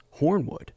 Hornwood